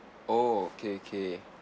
oh okay okay